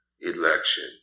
election